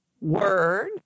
word